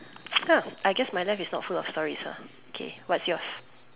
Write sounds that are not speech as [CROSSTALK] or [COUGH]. [NOISE] ya I guess my life is not full of stories ah okay what's yours